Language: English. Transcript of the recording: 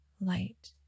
light